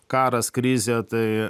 karas krizė tai